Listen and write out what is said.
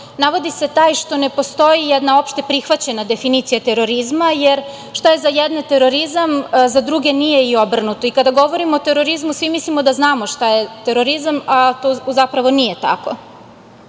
navodi se taj što ne postoji jedna opšte prihvaćena definicija terorizma, jer šta je za jedne terorizam za druge nije i obrnuto. Kada govorimo o terorizmu, svi mislimo da znamo šta je terorizam, a zapravo nije